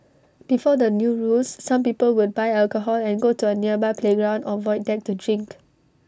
before the new rules some people would buy alcohol and go to A nearby playground or void deck to drink